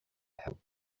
help